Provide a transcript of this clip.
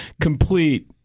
complete